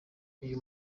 uyu